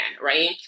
right